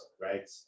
right